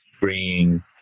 bringing